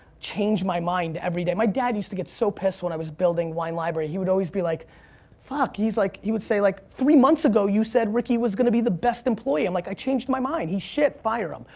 change my mind everyday. my dad used to get so pissed when i was building wine library. he would always be like fuck, he's like, he would say like, three months ago you said ricky was gonna be the best employee. i'm like i changed my mind. he's shit, fire him.